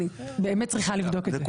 אני באמת צריכה לבדוק את זה.